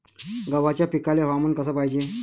गव्हाच्या पिकाले हवामान कस पायजे?